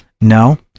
No